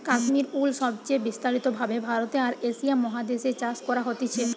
Kashmir wool সবচে বিস্তারিত ভাবে ভারতে আর এশিয়া মহাদেশ এ চাষ করা হতিছে